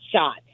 shot